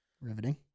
Riveting